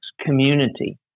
community